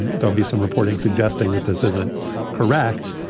there'll be some reporting suggesting that this isn't correct,